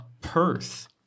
Perth